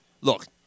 look